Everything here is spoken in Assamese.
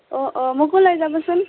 অঁ অঁ মোকো লৈ যাবচোন